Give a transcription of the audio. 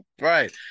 right